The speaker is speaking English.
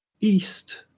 East